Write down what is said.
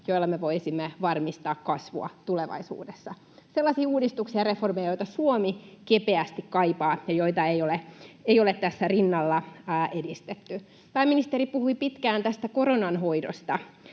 joilla me voisimme varmistaa kasvua tulevaisuudessa, sellaisia uudistuksia ja reformeja, joita Suomi kipeästi kaipaa ja joita ei ole tässä rinnalla edistetty. Pääministeri puhui pitkään tästä koronan hoidosta,